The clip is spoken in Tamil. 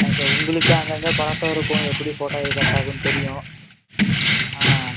ஆ சார் உங்களுக்கு அங்கங்கே பழக்கம் இருக்கும் எப்படி போட்டால் இது கரெக்ட்டாயிருக்குன்னு தெரியும் ஆ